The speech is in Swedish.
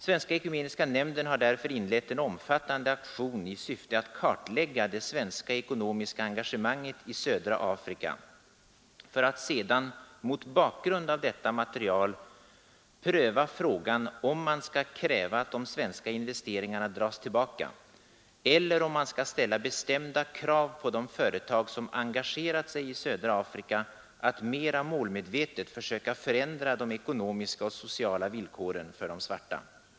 Svenska ekumeniska nämnden har därför inlett en omfattande aktion i syfte att kartlägga det svenska ekonomiska engagemanget i södra Afrika för att sedan mot bakgrund av detta material pröva frågan om man skall kräva att de svenska investeringarna dras tillbaka eller om man skall ställa bestämda krav på de företag som engagerat sig i södra Afrika att mera målmedvetet försöka förändra de ekonomiska och sociala villkoren för de svarta.